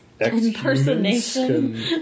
impersonation